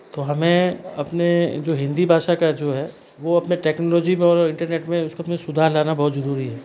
तो हमें अपने जो हिंदी भाषा का जो है वो अपने टेक्नोलोजी में और इंटरनेट में उसको अपने सुधार लाना बहुत जरुरी है